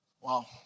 Wow